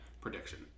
prediction